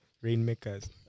Rainmakers